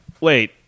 wait